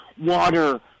water